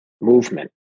movement